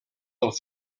del